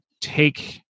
take